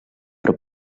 però